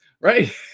right